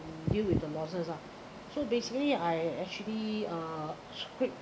deal with the losses ah so basically I actually uh scrape